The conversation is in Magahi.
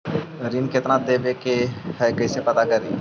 ऋण कितना देवे के है कैसे पता करी?